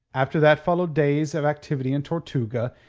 after that followed days of activity in tortuga,